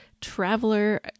Traveler